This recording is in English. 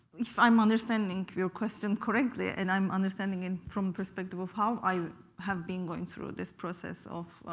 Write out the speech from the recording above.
if i'm understanding your question correctly, and i'm understanding and from perspective of how i have been going through this process of